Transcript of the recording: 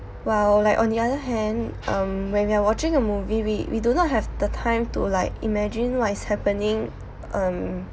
!wow! like on the other hand um when we are watching a movie we we do not have the time to like imagine what is happening um